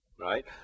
right